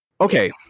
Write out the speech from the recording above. okay